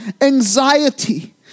anxiety